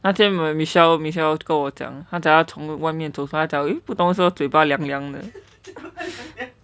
那天 michelle michelle 跟我讲她讲从外面走出来不懂为什么嘴巴凉凉的:gen wo jiang tae jiang cong wai mian zou chu lai bu dong wei shen me zui ba liang liang de